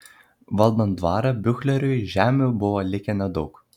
valdant dvarą biuchleriui žemių buvo likę nedaug